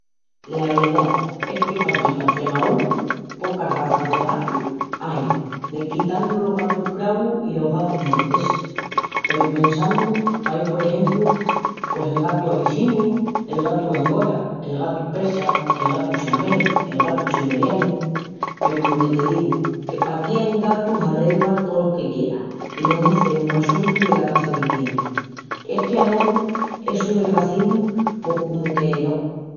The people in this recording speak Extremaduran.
La verdá es que paquí pa Estremaúra pocas razas de gatu ain desquitandu los gatus cravus i los gatus montesis. Peru pensandu paí por exempru, pos el gatu abissiniu, el gatu d'angora, el gatu persa, el gatu siamés, el gatu siberianu,... Peru lo que te digu, que paquí ain gatus a relva tolos que quieras i no hazemus assuntu dela raza que tienin. Es que a nogu essu del racismu pos comu que no...